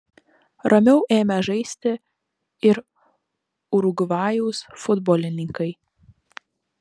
ramiau ėmė žaisti ir urugvajaus futbolininkai